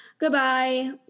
Goodbye